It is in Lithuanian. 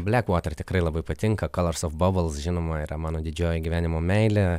black water tikrai labai patinka colors of bubbles žinoma yra mano didžioji gyvenimo meilė